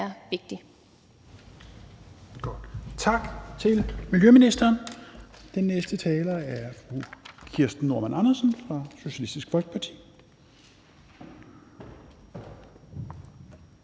her er vigtig.